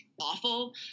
awful